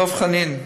דב חנין,